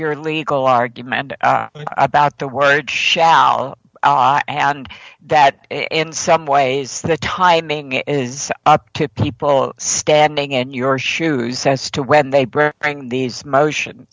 your legal argument about the word shall and that in some ways the typing is up to people standing in your shoes says to when they press these motion